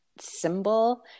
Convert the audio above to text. symbol